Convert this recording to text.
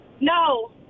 No